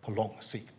på lång sikt.